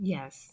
Yes